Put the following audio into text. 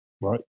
right